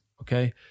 Okay